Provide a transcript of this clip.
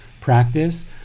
practice